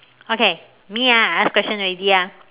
okay me ah I ask question already ah